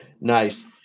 nice